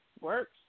Works